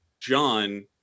John